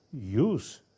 use